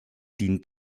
dient